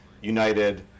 United